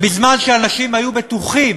בזמן שאנשים היו בטוחים